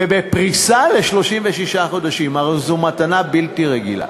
ובפריסה ל-36 חודשים, הרי זו מתנה בלתי רגילה.